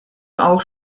auch